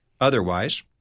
Otherwise